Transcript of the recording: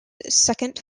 second